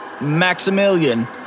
Maximilian